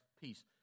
peace